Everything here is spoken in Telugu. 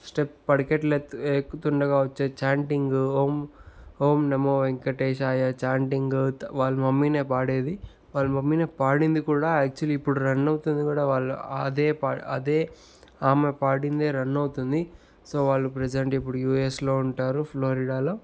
స్టెప్ పడకెట్ లేదు ఎక్కుతుండగా వచ్చే చాంటింగ్ ఓం ఓం నమో వెంకటేశాయ చాంటింగ్ వాళ్ళ మమ్మీనే పాడేది వాళ్ల మమ్మీనే పాడింది కూడా యాక్చువల్లీ ఇప్పుడు రన్ అవుతుంది కూడా వాళ్ళు అదే అదే ఆమె పాడిందే రన్ అవుతుంది సో వాళ్లు ప్రజెంట్ ఇప్పుడు యూఎస్లో ఉంటారు ఫ్లోరిడాలో